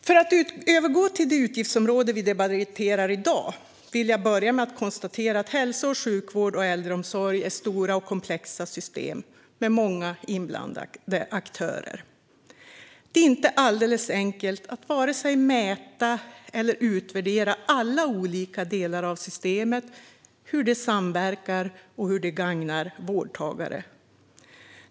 För att övergå till det utgiftsområde vi debatterar i dag vill jag börja med att konstatera att hälso och sjukvård och äldreomsorg är stora och komplexa system med många inblandade aktörer. Det är inte alldeles enkelt att vare sig mäta eller utvärdera alla olika delar av systemet och hur de samverkar och hur de gagnar vårdtagare.